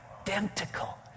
Identical